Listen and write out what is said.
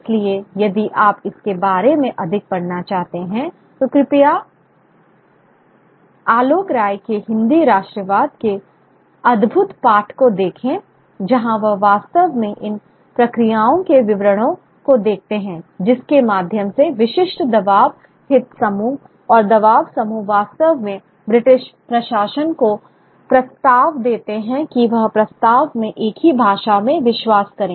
इसलिए यदि आप इसके बारे में अधिक पढ़ना चाहते हैं तो कृपया आलोक राय के हिंदी राष्ट्रवाद के अद्भुत पाठ को देखें जहां वह वास्तव में इन प्रक्रियाओं के विवरणों को देखते हैं जिसके माध्यम से विशिष्ट दबाव हित समूह और दबाव समूह वास्तव में ब्रिटिश प्रशासन को प्रस्ताव देते हैं कि वह वास्तव में एक ही भाषा में विश्वास करें